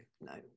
no